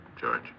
George